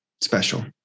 special